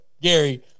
Gary